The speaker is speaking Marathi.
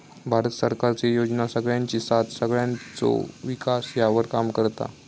भारत सरकारचे योजना सगळ्यांची साथ सगळ्यांचो विकास ह्यावर काम करता